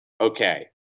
Okay